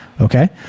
Okay